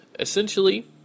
Essentially